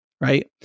right